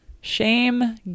Shame